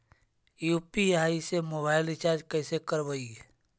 UPI से mobile recharge कैसे करबइ?